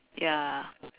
ya